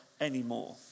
anymore